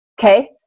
okay